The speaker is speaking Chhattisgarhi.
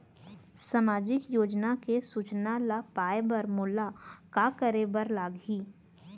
सामाजिक योजना के सूचना ल पाए बर मोला का करे बर लागही?